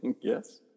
Yes